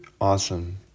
awesome